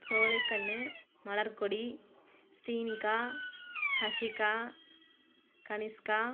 Solaikannu Malarkodi Steenika Hashika Kanishka